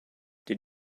did